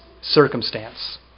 circumstance